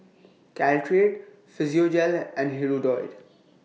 Caltrate Physiogel and Hirudoid